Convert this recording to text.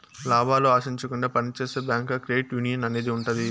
లాభాలు ఆశించకుండా పని చేసే బ్యాంకుగా క్రెడిట్ యునియన్ అనేది ఉంటది